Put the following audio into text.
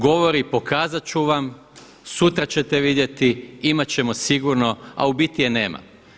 Govori pokazat ću vam, sutra ćete vidjeti, imat ćemo sigurno, a u biti je nema.